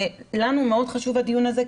לנו מאוד חשוב הדיון הזה,